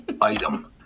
item